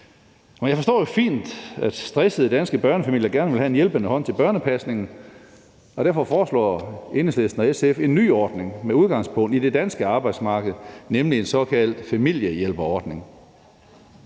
Jeg forstår fint, at stressede danske børnefamilier gerne vil have en hjælpende hånd til børnepasning, og derfor foreslår Enhedslisten og SF en ny ordning med udgangspunkt i det danske arbejdsmarked, nemlig en såkaldt familiehjælperordning.